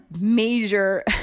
major